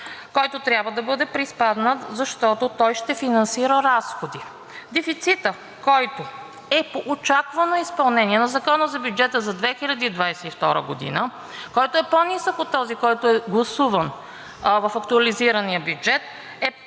който трябва да бъде приспаднат, защото той ще финансира разходи. Дефицитът, който е очаквано изпълнение на Закона за бюджета за 2022 г., който е по-нисък от този, който е гласуван в актуализирания бюджет, е